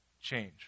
change